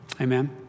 Amen